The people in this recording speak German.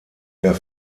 der